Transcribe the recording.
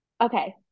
Okay